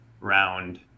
round